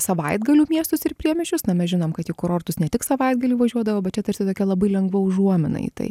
savaitgalių miestus ir priemiesčius na mes žinom kad į kurortus ne tik savaitgalį važiuodavo bet čia tarsi tokia labai lengva užuomina į tai